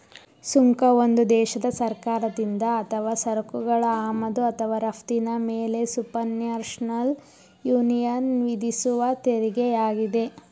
ಸುಂಕ ಒಂದು ದೇಶದ ಸರ್ಕಾರದಿಂದ ಅಥವಾ ಸರಕುಗಳ ಆಮದು ಅಥವಾ ರಫ್ತಿನ ಮೇಲೆಸುಪರ್ನ್ಯಾಷನಲ್ ಯೂನಿಯನ್ವಿಧಿಸುವತೆರಿಗೆಯಾಗಿದೆ